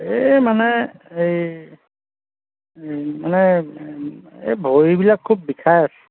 এই মানে এই মানে এই ভৰিবিলাক খুব বিষাই আছে